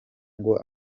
ngo